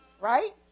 Right